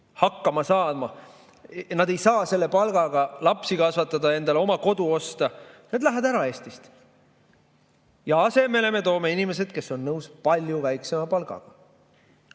hakkama saama. Nad ei saa selle palgaga lapsi kasvatada, endale oma kodu osta. Nad lähevad Eestist ära. Asemele me toome inimesed, kes on nõus palju väiksema palgaga.